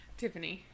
tiffany